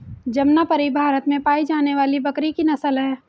जमनापरी भारत में पाई जाने वाली बकरी की नस्ल है